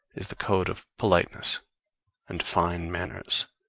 is the code of politeness and fine manners